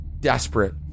Desperate